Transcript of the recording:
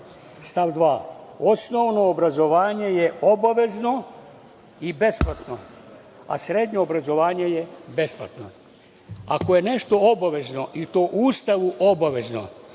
Stav 2. – osnovno obrazovanje je obavezno i besplatno, a srednje obrazovanje je besplatno. Ako je nešto obavezno, i to po Ustavu obavezno,